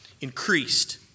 increased